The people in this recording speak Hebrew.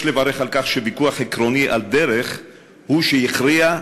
יש לברך על כך שוויכוח עקרוני על דרך הוא שהכריע,